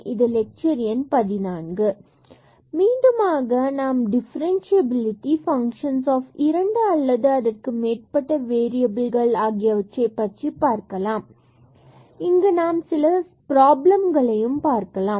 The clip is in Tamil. இது லெக்சர் எண் 14 மற்றும் மீண்டுமாக நாம் டிஃபரண்சியபிலிடி ஃபங்க்ஷன் ஆஃப் இரண்டு அல்லது அதற்கு மேற்பட்ட வேறியபில்கள் ஆகியவற்றை பற்றி பார்க்கலாம் மற்றும் இங்கு இன்று நாம் சில ப்ராபிளங்களையும் பார்க்கலாம்